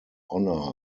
honor